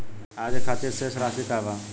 आज के खातिर शेष राशि का बा?